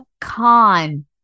con